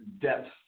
depth